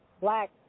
black